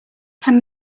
ten